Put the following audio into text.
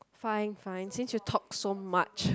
fine fine since you talk so much